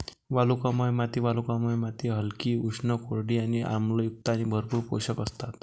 वालुकामय माती वालुकामय माती हलकी, उष्ण, कोरडी आणि आम्लयुक्त आणि भरपूर पोषक असतात